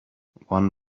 one